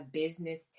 business